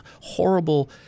horrible